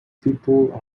people